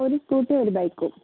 ഒരു സ്കൂട്ടറും ഒരു ബൈക്കും